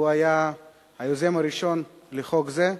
שהוא היה היוזם הראשון של חוק זה.